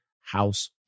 House